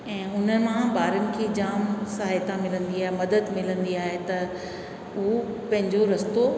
ऐं हुन मां ॿारनि खे जाम सहायता मिलंदी आहे मदद मिलंदी आहे त उहो पंहिंजो रस्तो